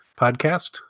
podcast